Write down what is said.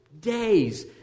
days